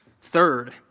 Third